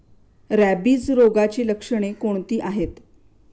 Rabies रोगाची लक्षणे कोणती आहेत?